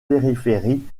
périphérie